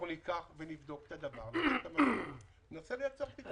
אנחנו נבדוק את הדברים וננסה לייצר פתרונות.